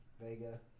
Vega